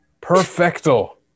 Perfecto